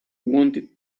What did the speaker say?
wanted